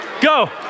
go